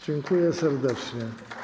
Dziękuję serdecznie.